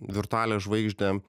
virtualią žvaigždę